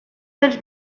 dels